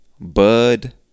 bud